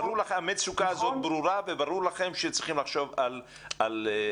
המצוקה הזאת ברורה לכם וברור לכם שצריך לחשוב על מצוקות.